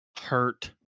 hurt